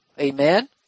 Amen